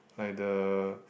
like the